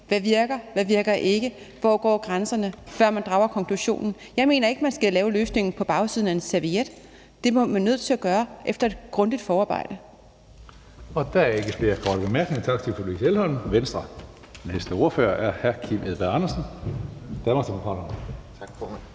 hvad der ikke virker, og hvor grænserne går, før man drager konklusionen. Jeg mener ikke, at man skal lave løsningen på bagsiden af en serviet, men at man er nødt til at gøre det efter et grundigt forarbejde.